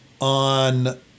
on